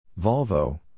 Volvo